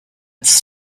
its